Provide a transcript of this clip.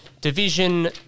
Division